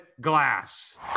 Glass